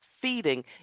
feeding